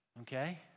Okay